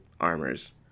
armors